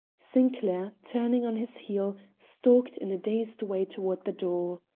sinclair turning on his heel, stalked in a dazed way toward the door.